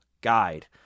guide